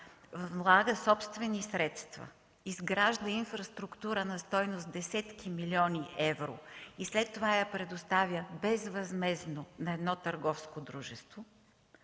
влага собствени средства, изгражда инфраструктура на стойност десетки милиони евро и след това я предоставя безвъзмездно на едно търговско дружество,